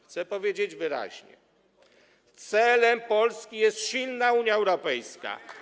Chcę powiedzieć wyraźnie: celem Polski jest silna Unia Europejska.